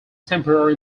temporary